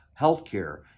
healthcare